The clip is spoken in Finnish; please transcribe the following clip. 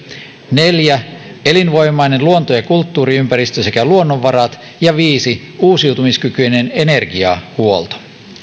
neljä elinvoimainen luonto ja kulttuuriympäristö sekä luonnonvarat ja viisi uusiutumiskykyinen energiahuolto